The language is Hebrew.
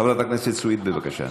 חברת הכנסת סויד, בבקשה.